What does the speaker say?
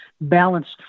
balanced